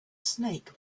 snake